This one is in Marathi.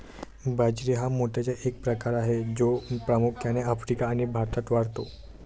बाजरी हा मोत्याचा एक प्रकार आहे जो प्रामुख्याने आफ्रिका आणि भारतात वाढतो